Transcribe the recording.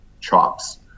chops